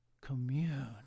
commune